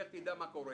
לך תדע מה קורה.